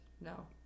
No